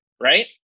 right